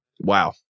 wow